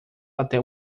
até